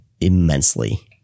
immensely